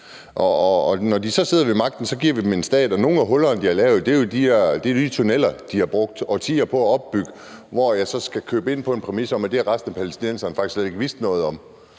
når de så sidder ved magten, giver vi dem en stat, og nogle af hullerne, de har lavet, er jo de tunneler, de har brugt årtier på at opbygge, og hvor jeg så skal købe ind på en præmis om, at det har resten af palæstinenserne faktisk slet ikke vidst noget om.